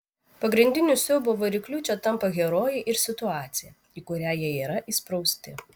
pagrindiniu siaubo varikliu čia tampa herojai ir situacija į kurią jie yra įsprausti